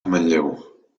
manlleu